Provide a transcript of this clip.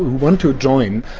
who want to join,